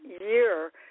year